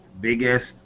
biggest